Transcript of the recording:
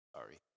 Sorry